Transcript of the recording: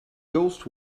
ghost